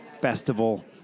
festival